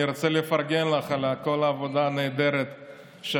אני רוצה לפרגן לך על כל העבודה הנהדרת שעשית,